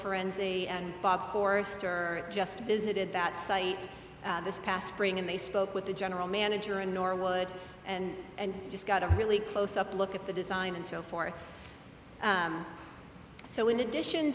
frenzy and bob forrester just visited that site this past spring and they spoke with the general manager and norwood and and just got a really close up look at the design and so forth so in addition